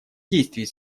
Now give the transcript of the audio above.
действий